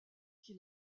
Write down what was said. qui